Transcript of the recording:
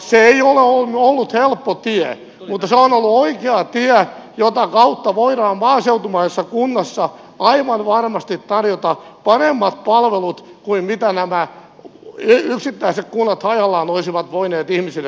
se ei ole ollut helppo tie mutta se on ollut oikea tie jota kautta voidaan maaseutumaisessa kunnassa aivan varmasti tarjota paremmat palvelut kuin mitä nämä yksittäiset kunnat hajallaan olisivat voineet ihmisille siellä tarjota